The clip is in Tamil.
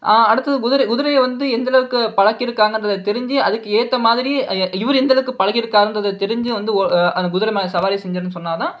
அடுத்தது குதிரை குதிரையை வந்து எந்த அளவுக்கு பழக்கியிருக்காங்கன்றத தெரிஞ்சு அதுக்கேற்ற மாதிரி இவர் எந்த அளவுக்கு பழகியிருக்காரு என்றதை தெரிஞ்சு வந்து அந்த குதிரை மேல் சவாரி செஞ்சன்னு சொன்னால்தான்